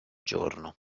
giorno